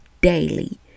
daily